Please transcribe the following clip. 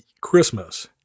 Christmas